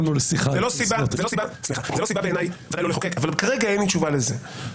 זאת לא סיבה בעיניי ודאי לא לחוקק אבל כרגע אין לי תשובה לזה.